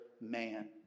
man